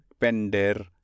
pender